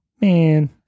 man